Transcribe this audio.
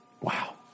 Wow